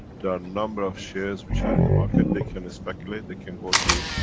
there are a number of shares which are in the market, they can speculate, they can go to,